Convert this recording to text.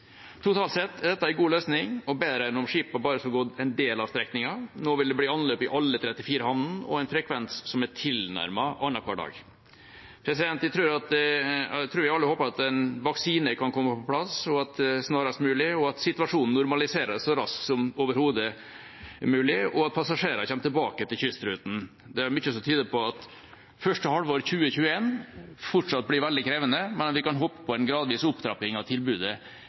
Totalt sett er dette en god løsning, og bedre enn om skipene bare skulle gått en del av strekningen. Nå vil det bli anløp i alle de 34 havnene og en frekvens på tilnærmet annenhver dag. Jeg tror alle håper at en vaksine kan komme på plass snarest mulig, at situasjonen normaliserer seg så raskt som overhodet mulig, og at passasjerene kommer tilbake til kystruten. Det er mye som tyder på at første halvår 2021 fortsatt blir veldig krevende, men at vi kan håpe på en gradvis opptrapping av tilbudet